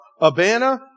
Abana